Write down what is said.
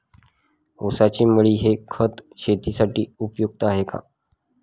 ऊसाची मळी हे खत शेतीसाठी उपयुक्त आहे का?